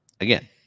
Again